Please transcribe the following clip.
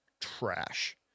trash